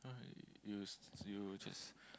uh you you just